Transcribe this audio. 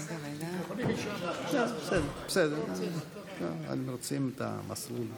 זה נוסח הצהרת האמונים: "אני מתחייב לשמור אמונים